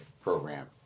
program